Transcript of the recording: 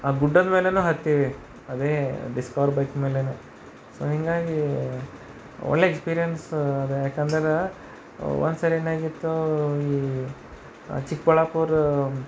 ಆ ಗುಡ್ಡದ ಮೇಲೇನೂ ಹತ್ತೀವಿ ಅದೇ ಡಿಸ್ಕವರ್ ಬೈಕ್ ಮೇಲೆನೂ ಸೊ ಹೀಗಾಗಿ ಒಳ್ಳೆಯ ಎಕ್ಸ್ಪೀರಿಯನ್ಸ್ ಅದು ಯಾಕಂದ್ರೆ ಒಂದ್ಸರಿ ಏನಾಗಿತ್ತು ಈ ಚಿಕ್ಕಬಳ್ಳಾಪುರ